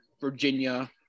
Virginia